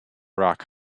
rock